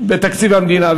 בתקציב המדינה.